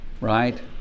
Right